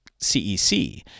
CEC